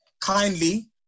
kindly